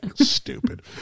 Stupid